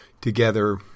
together